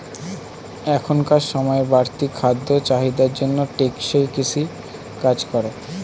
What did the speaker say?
এখনকার সময়ের বাড়তি খাদ্য চাহিদার জন্য টেকসই কৃষি কাজ করে